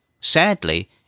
Sadly